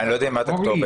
אני לא יודע מה את הכתובת,